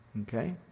Okay